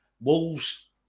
Wolves